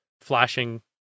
flashing